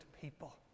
people